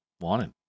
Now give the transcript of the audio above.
wanted